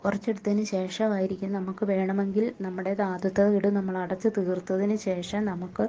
കുറച്ചെടുത്തതിന് ശേഷമായിരിക്കും നമുക്ക് വേണമെങ്കിൽ നമ്മുടേതാദ്യത്തെ ഗഡു നമ്മളടച്ചു തീർത്തതിനു ശേഷം നമുക്ക്